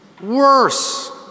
Worse